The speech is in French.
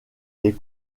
les